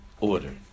order